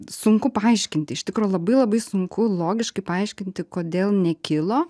sunku paaiškinti iš tikro labai labai sunku logiškai paaiškinti kodėl nekilo